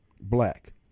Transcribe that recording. black